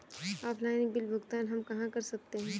Offline bill भुगतान हम कहां कर सकते हैं?